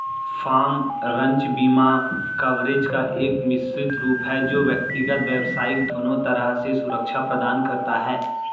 farm, ranch बीमा coverage का एक मिश्रित रूप है जो व्यक्तिगत, व्यावसायिक दोनों तरह से सुरक्षा प्रदान करता है